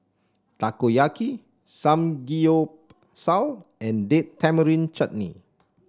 Takoyaki Samgeyopsal and Date Tamarind Chutney